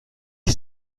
ist